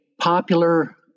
popular